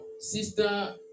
Sister